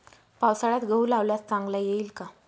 पावसाळ्यात गहू लावल्यास चांगला येईल का?